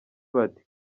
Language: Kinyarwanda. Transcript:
bati